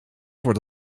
wordt